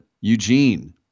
Eugene